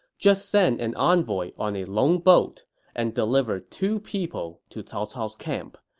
just send an envoy on a lone boat and deliver two people to cao cao's camp.